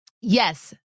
Yes